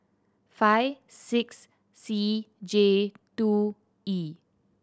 five six C J two E